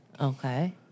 Okay